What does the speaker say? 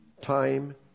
time